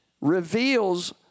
reveals